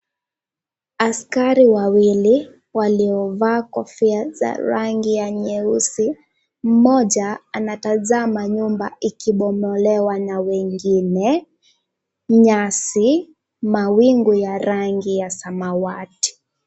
Askari wawili waliovaa kofia za rangi ya nyeusi, mmoja anatazama nyumba ikibomolewa na wengine. Nyasi, mawingu ya rangi ya samawati.